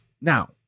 now